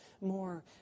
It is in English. more